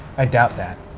i doubt that.